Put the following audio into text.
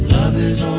others,